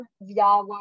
via